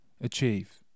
achieve